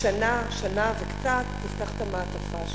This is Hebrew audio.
שנה, שנה וקצת, תפתח את המעטפה השנייה.